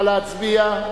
נא להצביע.